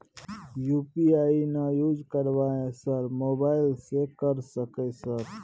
UPI ना use करवाएं sir mobile से कर सके सर?